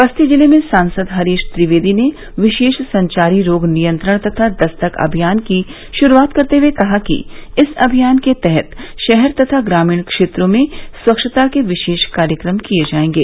बस्ती जिले में सांसद हरीश द्विवेदी ने विशेष संचारी रोग नियंत्रण तथा दस्तक अभियान की शुरूआत करते हुए कहा कि इस अभियान के तहत शहर तथा ग्रामीण क्षेत्रों में स्वच्छता के विशेष कार्यक्रम किए जाएंगे